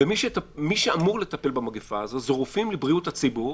ומי שאמור לטפל במגפה הזו זה רופאים לבריאות הציבור